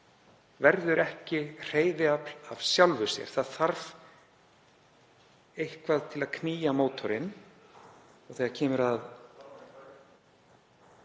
verður ekki hreyfiafl af sjálfu sér. Það þarf eitthvað til að knýja mótorinn. Þegar kemur að